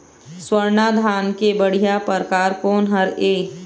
स्वर्णा धान के बढ़िया परकार कोन हर ये?